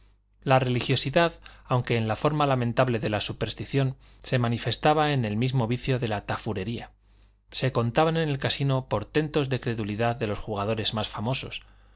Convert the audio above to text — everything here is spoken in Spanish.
la religiosidad aunque en la forma lamentable de la superstición se manifestaba en el mismo vicio de la tafurería se contaban en el casino portentos de credulidad de los jugadores más famosos